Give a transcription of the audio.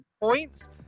points